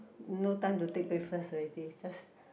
no time to take breakfast already just